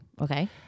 Okay